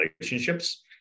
relationships